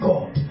God